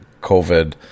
COVID